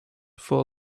for